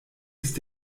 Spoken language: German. ist